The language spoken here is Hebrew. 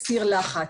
תסבירי לי את הנוהל.